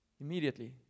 Immediately